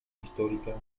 histórica